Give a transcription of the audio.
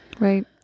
Right